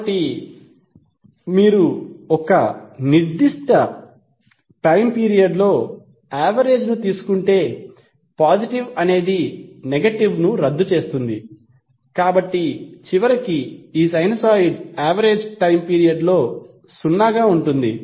కాబట్టి మీరు ఒక నిర్దిష్ట టైమ్ పీరియడ్ లో యావరేజ్ ను తీసుకుంటే పాజిటివ్ అనేది నెగటివ్ ను రద్దు చేస్తుంది కాబట్టి చివరికి ఈ సైనూసోయిడ్ యావరేజ్ టైమ్ పీరియడ్ లో సున్నాగా ఉంటుంది